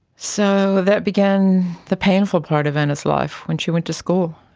so that began the painful part of anna's life, when she went to school.